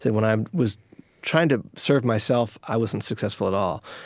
when i was trying to serve myself, i wasn't successful at all.